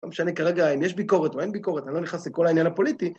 גם שאני כרגע, אם יש ביקורת או אין ביקורת, אני לא נכנס לכל העניין הפוליטי.